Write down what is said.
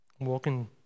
Walking